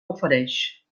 ofereix